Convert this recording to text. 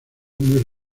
muy